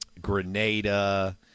Grenada